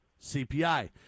CPI